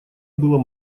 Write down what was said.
было